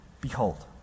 Behold